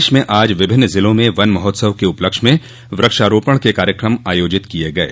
प्रदेश में आज विभिन्न जिला में वन महोत्सव के उपलक्ष्य में वृक्षा रोपण के कार्यक्रम आयोजित किये गये